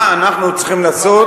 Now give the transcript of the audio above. מה אנחנו צריכים לעשות,